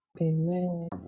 Amen